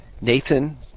Nathan